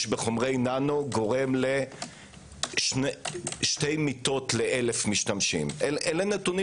בחומרי ננו גורם לשתי מיתות לאלף משתמשים אלה נתונים